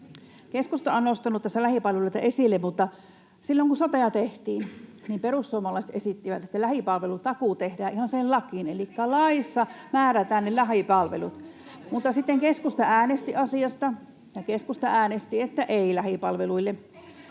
Keskusta on nostanut tässä lähipalveluita esille, mutta silloin kun sotea tehtiin, perussuomalaiset esittivät, että lähipalvelutakuu tehdään ihan sinne lakiin, elikkä laissa määrätään ne lähipalvelut. [Välihuutoja keskustan ryhmästä] Mutta sitten keskusta äänesti asiasta, ja keskusta äänesti, että ei lähipalveluille.